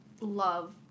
love